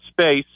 space